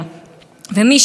זה הממשלה בעצמה.